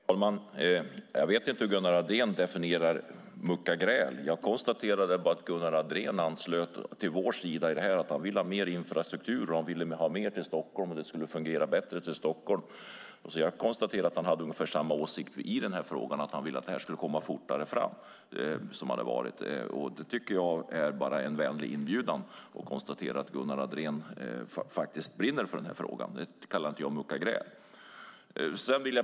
Herr talman! Jag vet inte hur Gunnar Andrén definierar "mucka gräl". Jag konstaterade att Gunnar Andrén anslöt sig till vår sida genom att han vill ha mer infrastruktur och mer till Stockholm - det ska fungera bättre i Stockholm. Jag konstaterade att han hade ungefär samma åsikter i frågan, nämligen att komma fortare fram. Det är en vänlig inbjudan att konstatera att Gunnar Andrén faktiskt brinner för frågan. Det kallar inte jag att mucka gräl.